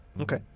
Okay